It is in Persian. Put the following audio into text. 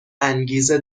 انگیزه